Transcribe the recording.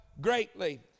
greatly